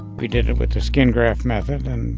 we did it with the skin graft method and